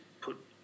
put